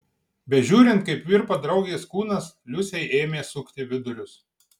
bežiūrint kaip virpa draugės kūnas liusei ėmė sukti vidurius